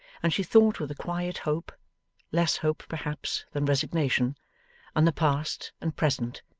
and she thought with a quiet hope less hope, perhaps, than resignation on the past, and present,